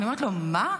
אני אומרת לו: מה?